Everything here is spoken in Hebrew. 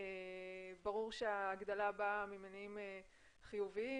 ברור שההגדלה באה ממניעים חיוביים,